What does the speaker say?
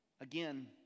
Again